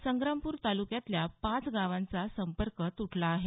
संग्रामपूर तालुक्यातल्या पाच गावाचा संपर्क तुटला आहे